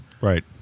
Right